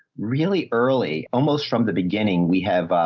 really early, almost from the beginning, we have, ah,